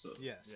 Yes